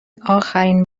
آخرین